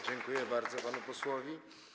Dziękuję bardzo panu posłowi.